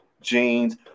jeans